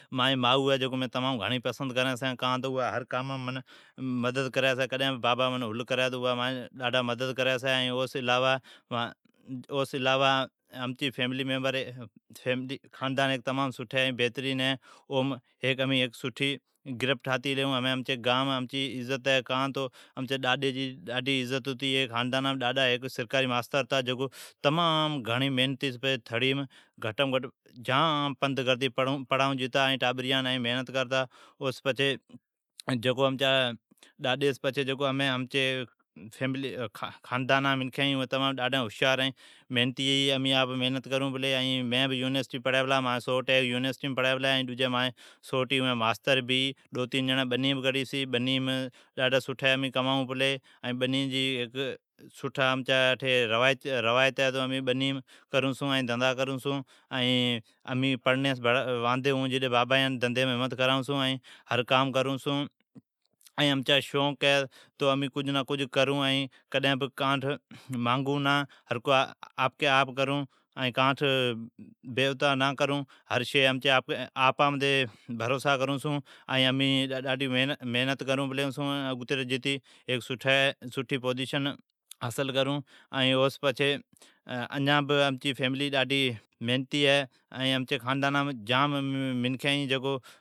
ماڑین مائو ہے جکان مین گھڑین پسند کرین چھی، کان تواوا ھر کامام منمدد کری چھے۔ جد بھی مانجا بابا منین ھل کری تو مانجی مائو مانجی مدد کری چھی۔ منین خاندان ھیک ستھے ائین بھترین ھی۔ اوم امین ھمین گرپ ٹھاتی گلی ھون۔ امچی ای گام ڈاڈھی عزت ہے کا تو امچی ڈاڈی جی ای گانم جام عزت ھتی۔ ڈاڈا ھیک سرکاری ماستر ھتا۔ او تمام گھڑی محنتی س پڑاٹا ائین تھڑیم جھام پند کرتی پڑھایون جتا ائی محنت کرتا۔ ممانجی ڈاڈی سون پچھی امچی خاندان سٹھی محنت کری پلی۔ مین ائین مانجی سوٹ امین یونیسٹییم پڑون پلی ائین ڈو مانجی سوٹ ماستر ھی۔ ائین دو تین جیڑین بنی بھے کری چھے، امین بنیم سٹھے کمائون چھون ۔ائین بنی جی ھیک سٹھی روائیت ھی ۔واندھی ھون ججکار بابی ایان دنڈی ھمتھ کرائون چھون۔ امچا شوق ھی کہ امینن اپکی اپ کرون ائین ڈجی کانٹھ نہ مانگون نہ ۔ امین کئین کرتی ڈیکھاڑون ائین اگتی ودھون۔ او سون پچھی امچی فیملی جام محنتی ھی۔